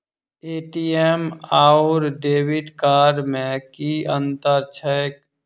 ATM आओर debit card मे की अंतर छैक?